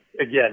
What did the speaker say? again